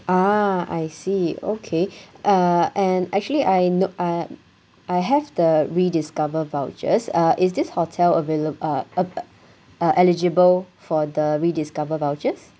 ah I see okay uh and actually I note I I have the rediscover vouchers uh is this hotel availa~ uh uh eligible for the rediscover vouchers